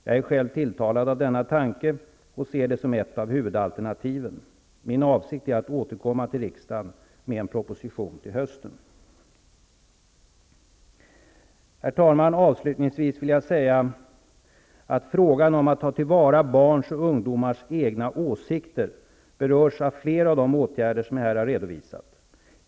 Jag är själv tilltalad av denna tanke och ser det som ett av huvudalternativen. Min avsikt är att återkomma till riksdagen med en proposition till hösten. Avslutningsvis vill jag säga att frågan om att ta till vara barns och ungdomars egna åsikter berörs av flera av de åtgärder som jag här har redovisat.